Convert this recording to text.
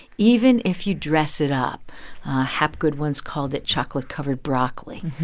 even if you dress it up habgood once called it chocolate-covered broccoli.